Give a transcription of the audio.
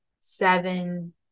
seven